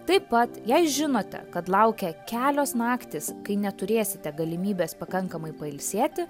taip pat jei žinote kad laukia kelios naktys kai neturėsite galimybės pakankamai pailsėti